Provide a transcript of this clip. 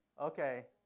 Okay